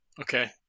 okay